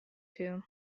too